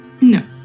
No